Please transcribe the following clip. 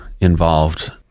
involved